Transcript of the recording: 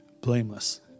blameless